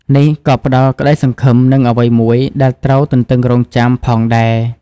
នេះក៏ផ្តល់ក្តីសង្ឃឹម និងអ្វីមួយដែលត្រូវទន្ទឹងរង់ចាំផងដែរ។